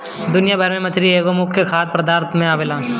दुनिया भर में मछरी एगो मुख्य खाद्य पदार्थ में आवेला